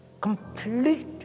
complete